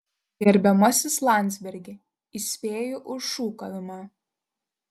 gerbiamasis landsbergi įspėju už šūkavimą